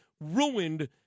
Ruined